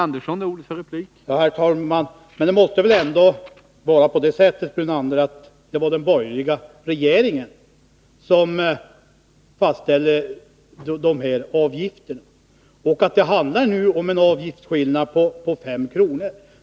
Herr talman! Det är väl ändå så, Lennart Brunander, att det var den borgerliga regeringen som fastställde de här avgifterna. Det handlar om en avgiftsskillnad på 5 kr.